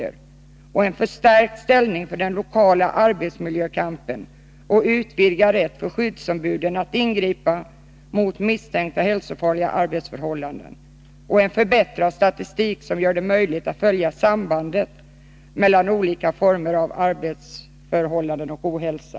Vi vill ha en förstärkt ställning för den lokala arbetsmiljökampen och utvidgad rätt för skyddsombuden att ingripa mot misstänkta hälsofarliga arbetsförhållanden. Vi vill ha en förbättrad statistik som gör det möjligt att följa sambandet mellan olika former av arbetsförhållanden och ohälsa.